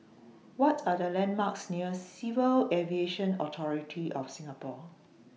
What Are The landmarks near Civil Aviation Authority of Singapore